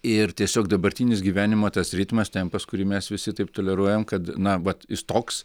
ir tiesiog dabartinis gyvenimo tas ritmas tempas kurį mes visi taip toleruojam kad na vat jis toks